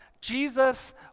jesus